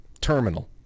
Terminal